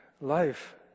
life